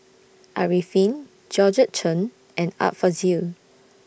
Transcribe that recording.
Arifin Georgette Chen and Art Fazil